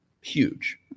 huge